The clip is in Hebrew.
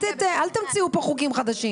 אל תמציאו פה חוקים חדשים.